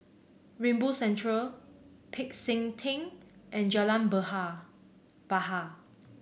Rainbow Centre Peck San Theng and Jalan Behar Bahar